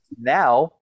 Now